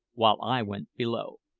while i went below.